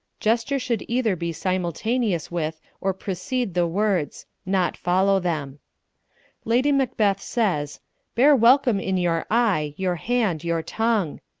gesture should either be simultaneous with or precede the words not follow them lady macbeth says bear welcome in your eye, your hand, your tongue.